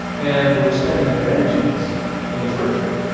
and were spending their energies in the fur trade.